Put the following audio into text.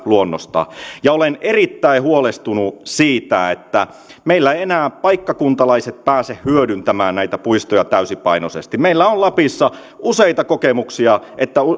luonnosta ja olen erittäin huolestunut siitä että meillä eivät enää paikkakuntalaiset pääse hyödyntämään näitä puistoja täysipainoisesti meillä on lapissa useita kokemuksia että